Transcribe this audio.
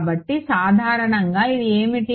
కాబట్టి సాధారణంగా ఇది ఏమిటి